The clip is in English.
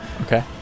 Okay